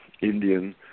Indian